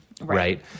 Right